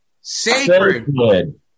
sacred